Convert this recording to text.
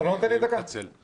אתה לא נותן לי דקה, איתן?